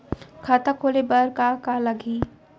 खाता खोले बार का का लागही?